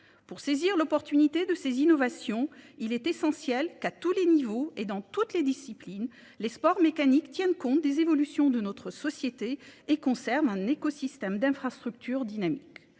Pour saisir l'opportunité de ces innovations, il est essentiel qu'à tous les niveaux et dans toutes les disciplines, les sports mécaniques tiennent compte des évolutions de notre société et conservent un écosystème d'infrastructure dynamique.